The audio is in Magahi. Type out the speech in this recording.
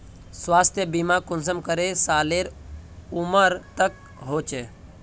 स्वास्थ्य बीमा कुंसम करे सालेर उमर तक होचए?